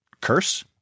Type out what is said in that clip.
curse